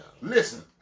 Listen